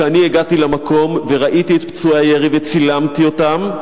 אני הגעתי למקום וראיתי את פצועי הירי וצילמתי אותם.